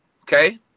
Okay